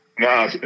No